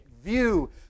View